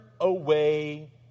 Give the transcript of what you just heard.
away